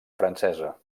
francesa